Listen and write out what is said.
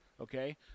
Okay